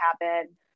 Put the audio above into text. happen